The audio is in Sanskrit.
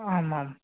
आम् आम्